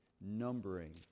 numbering